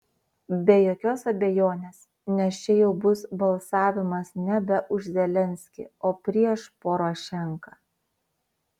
be jokios abejonės nes čia jau bus balsavimas nebe už zelenskį o prieš porošenką